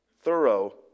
thorough